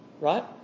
right